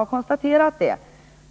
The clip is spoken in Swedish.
Jag konstaterar det,